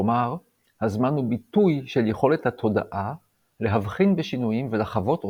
כלומר - הזמן הוא ביטוי של יכולת התודעה להבחין בשינויים ולחוות אותם,